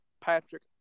Patrick